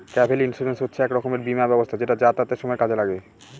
travel insurance হচ্ছে এক রকমের বীমা ব্যবস্থা যেটা যাতায়াতের সময় কাজে লাগে